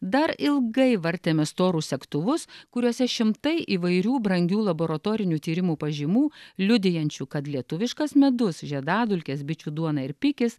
dar ilgai vartėme storus segtuvus kuriuose šimtai įvairių brangių laboratorinių tyrimų pažymų liudijančių kad lietuviškas medus žiedadulkės bičių duona ir pikis